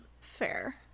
fair